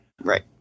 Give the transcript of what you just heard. Right